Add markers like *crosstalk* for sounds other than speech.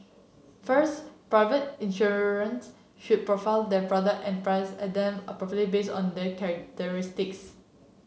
first private insurers should *unintelligible* their product and price and them appropriately based on their characteristics